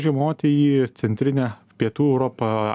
žiemoti į centrinę pietų europą